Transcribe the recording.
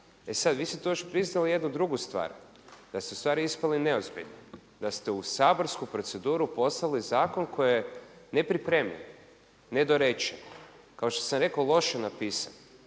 E sada, vi ste tu još priznali jednu drugu stvar, da ste ustvari ispali neozbiljni, da ste u saborsku proceduru poslali zakon koji je nepripremljen, nedorečen, kao što sam rekao loše napisan